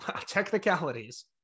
technicalities